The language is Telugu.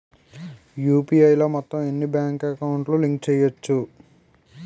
యు.పి.ఐ లో మొత్తం ఎన్ని బ్యాంక్ అకౌంట్ లు లింక్ చేయచ్చు?